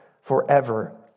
forever